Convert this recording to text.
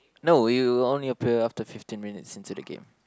no it will only appear after fifteen minutes into the game